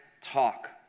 talk